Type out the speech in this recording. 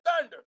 thunder